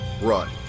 Run